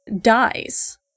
dies